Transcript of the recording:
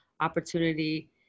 opportunity